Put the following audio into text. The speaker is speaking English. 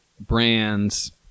brands